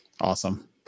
Awesome